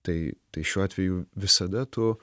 tai tai šiuo atveju visada tu